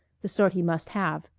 the sort he must have.